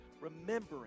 remembering